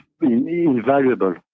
invaluable